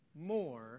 more